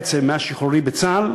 בעצם מאז שחרורי מצה"ל,